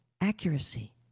accuracy